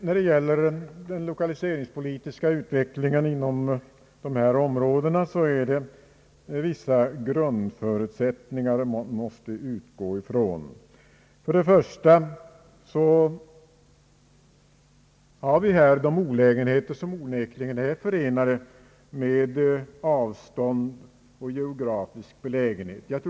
När det gäller den lokaliseringspolitiska utvecklingen inom de områden varom här är fråga är det nödvändigt att utgå från vissa grundförutsättningar. Vissa olägenheter är onekligen förknippade med den geografiska belägenheten.